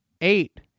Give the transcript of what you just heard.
Eight